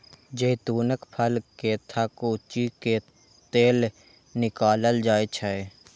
जैतूनक फल कें थकुचि कें तेल निकालल जाइ छै